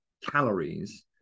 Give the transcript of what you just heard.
calories